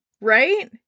Right